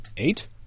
Eight